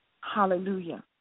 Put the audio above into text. Hallelujah